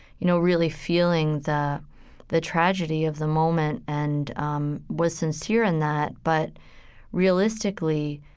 you know, really feeling the the tragedy of the moment and um was sincere in that. but realistically,